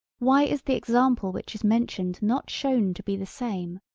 why is the example which is mentioned not shown to be the same,